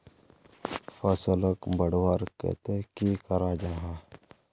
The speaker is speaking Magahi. फसलोक बढ़वार केते की करा जाहा?